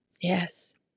Yes